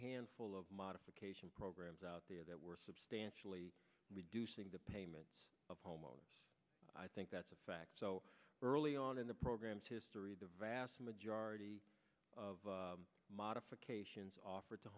handful of modification programs out there that were substantially reducing the payment of home loan i think that's a fact so early on in the program history the vast majority of modifications offered to